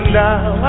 now